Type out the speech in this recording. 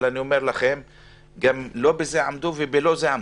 אבל אני אומר לכם שלא בזה עמדו ולא בזה עמדו.